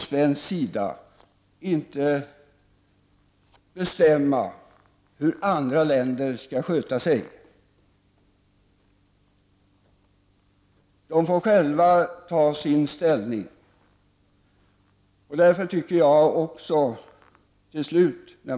Sverige kan inte bestämma hur andra länder skall sköta sig; det får de själva ta ställning till.